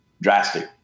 drastic